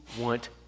want